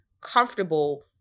comfortable